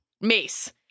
Mace